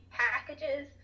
packages